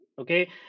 okay